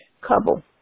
couple